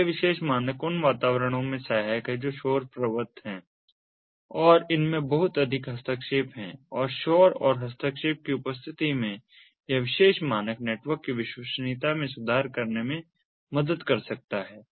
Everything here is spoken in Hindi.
तो यह विशेष मानक उन वातावरणों में सहायक है जो शोर प्रवृत्त हैं और इनमें बहुत अधिक हस्तक्षेप हैं और शोर और हस्तक्षेप की उपस्थिति में यह विशेष मानक नेटवर्क की विश्वसनीयता में सुधार करने में मदद कर सकता है